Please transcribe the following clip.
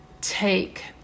take